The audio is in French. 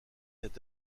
est